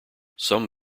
some